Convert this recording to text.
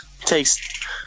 takes